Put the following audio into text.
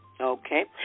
Okay